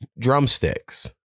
drumsticks